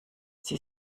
sie